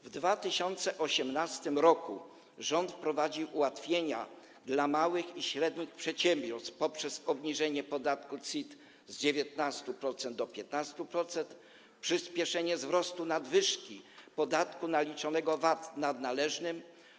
W 2018 r. rząd wprowadził ułatwienia dla małych i średnich przedsiębiorstw poprzez obniżenie podatku CIT z 19% do 15% i przyspieszenie wzrostu nadwyżki podatku naliczonego VAT nad należnym.